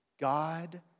God